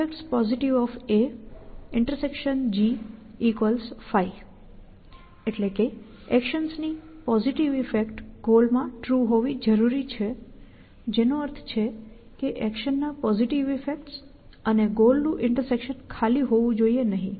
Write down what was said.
એક્શનની positive effect ગોલમાં true હોવી જરૂરી છે જેનો અર્થ છે કે એક્શનના પોઝિટિવ ઈફેક્ટ્સ અને ગોલ નું ઈન્ટરસેકશન ખાલી હોવું જોઈએ નહીં